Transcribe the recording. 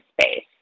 space